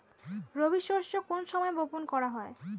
রবি শস্য কোন সময় বপন করা হয়?